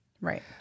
Right